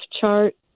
chart